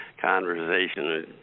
conversation